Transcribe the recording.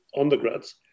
undergrads